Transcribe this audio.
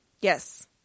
yes